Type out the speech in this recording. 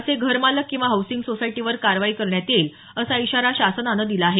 असे घरमालक किंवा हाऊसिंग सोसायटीवर कारवाई करण्यात येईल असा इशारा शासनानं दिला आहे